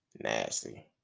Nasty